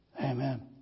Amen